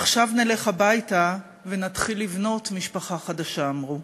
"עכשיו נלך הביתה ונתחיל לבנות משפחה חדשה", אמרו.